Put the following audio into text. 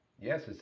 Yes